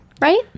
right